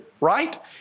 right